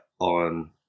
on